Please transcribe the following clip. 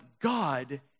God